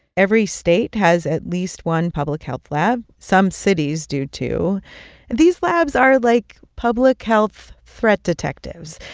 every state has at least one public health lab some cities do, too these labs are like public health threat detectives.